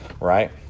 right